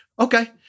okay